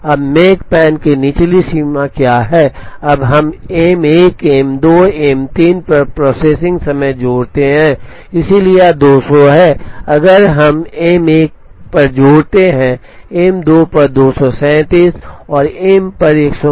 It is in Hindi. अब मेकपैन की निचली सीमा क्या है अब हम M 1 M 2 और M 3 पर प्रोसेसिंग समय जोड़ते हैं इसलिए यह 200 है अगर हम M 1 पर जोड़ते हैं M 2 पर 237 और M पर 129 है